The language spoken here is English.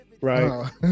right